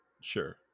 Sure